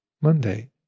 Monday